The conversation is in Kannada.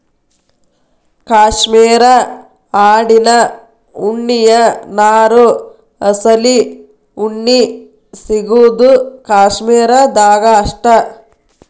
ಕ್ಯಾಶ್ಮೇರ ಆಡಿನ ಉಣ್ಣಿಯ ನಾರು ಅಸಲಿ ಉಣ್ಣಿ ಸಿಗುದು ಕಾಶ್ಮೇರ ದಾಗ ಅಷ್ಟ